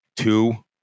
Two